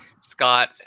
Scott